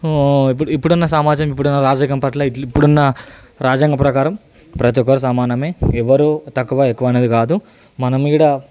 ఇప్పుడు ఇప్పుడున్న సమాజం ఇప్పుడున్న రాజకీయం పట్ల ఇప్పుడున్న రాజ్యాంగ ప్రకారం ప్రతి ఒక్కరు సమానమే ఎవరు తక్కువ ఎక్కువ అనేది కాదు మన మీద